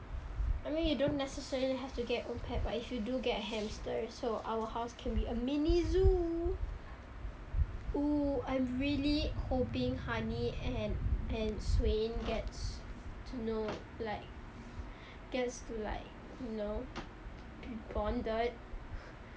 I mean you don't necessarily have to get own pete but if you do get hamsters so our house can be a mini zoo oo I'm really hoping honey and and swain gets to know like gets to like know bonded